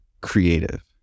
creative